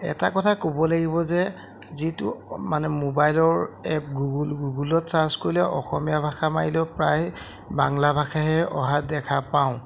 এটা কথা ক'ব লাগিব যে যিটো মানে মোবাইলৰ এপ গুগল গুগলত ছাৰ্চ কৰিলে অসমীয়া ভাষা মাৰিলেও প্ৰায় বাংলা ভাষাহে অহা দেখা পাওঁ